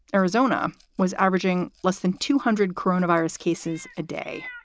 arizona was averaging less than two hundred coronavirus cases a day,